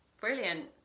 brilliant